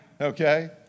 Okay